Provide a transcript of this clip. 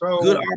good